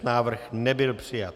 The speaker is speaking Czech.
Návrh nebyl přijat.